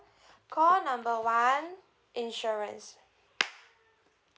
call number one insurance